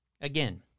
Again